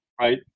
right